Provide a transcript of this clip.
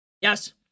Yes